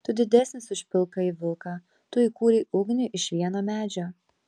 tu didesnis už pilkąjį vilką tu įkūrei ugnį iš vieno medžio